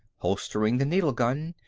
holstering the needle gun,